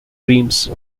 dreams